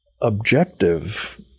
objective